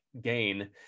gain